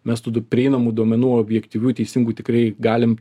mes tų tų prieinamų duomenų objektyvių teisingų tikrai galim